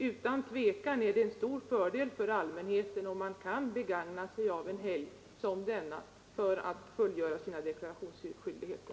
Utan tvivel är det en stor fördel för allmänheten om man kan i ifrågakommande fall utnyttja ytterligare en helg för att fullgöra sina deklarationsskyldigheter.